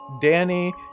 danny